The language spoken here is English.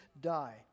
die